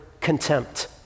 contempt